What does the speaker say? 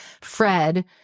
fred